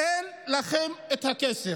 אין לכם את הכסף.